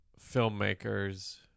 filmmakers